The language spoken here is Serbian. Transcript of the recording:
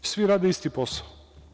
Svi rade isti posao.